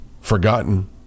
forgotten